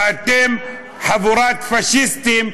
ואתם חבורת פאשיסטים,